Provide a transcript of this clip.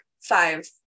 five